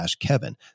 kevin